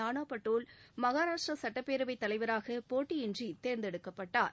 நானா பட்டோல் மகாராஷ்டிரா சட்டப்பேரவைத் தலைவராக போட்டியின்றி தேர்ந்தெடுக்கப்பட்டார்